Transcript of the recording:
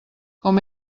com